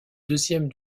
deuxième